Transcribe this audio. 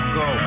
go